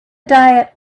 diet